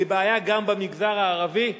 זה בעיה גם במגזר הערבי.